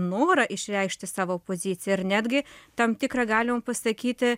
norą išreikšti savo poziciją ir netgi tam tikrą galime pasakyti